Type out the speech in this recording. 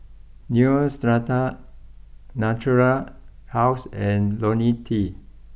Neostrata Natura house and Ionil T